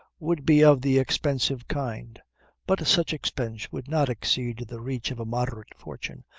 would be of the expensive kind but such expense would not exceed the reach of a moderate fortune,